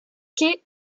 quai